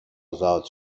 ازاد